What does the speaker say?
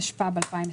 התשפ"ב-2021.